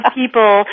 people